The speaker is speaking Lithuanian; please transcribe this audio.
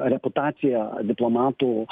reputacija diplomatų